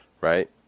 right